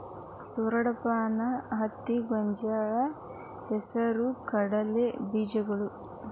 ಸೂರಡಪಾನ, ಹತ್ತಿ, ಗೊಂಜಾಳ, ಹೆಸರು ಕಡಲೆ ಬೇಜಗಳು